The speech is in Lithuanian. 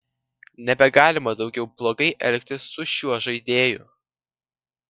nebegalima daugiau blogai elgtis su šiuo žaidėju